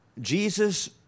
Jesus